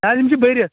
نہ حظ یِم چھِ بٔرِتھ